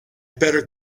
better